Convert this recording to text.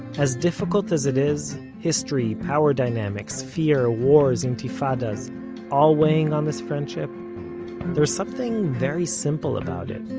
as difficult as it is history, power dynamics, fear, wars, intifadas all weighing on this friendship there is something very simple about it.